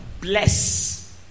bless